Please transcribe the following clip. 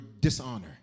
dishonor